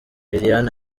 liliane